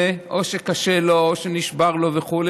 ואז או שקשה לו או שנשבר לו וכו',